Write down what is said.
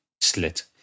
slit